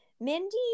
Mindy